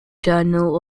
journal